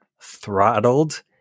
Throttled